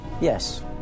yes